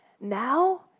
Now